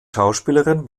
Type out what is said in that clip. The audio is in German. schauspielerin